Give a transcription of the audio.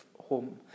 home